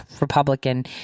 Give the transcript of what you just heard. Republican